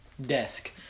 Desk